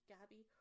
Gabby